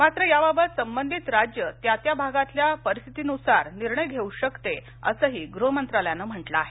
मात्र याबाबत संबंधित राज्य त्या त्या भागातल्या परिस्थिती नुसार निर्णय घेऊ शकते असही गृह मंत्रालयानं म्हटलं आहे